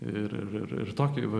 ir ir ir tokia va